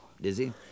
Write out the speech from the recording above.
Dizzy